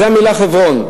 זו המלה חברון.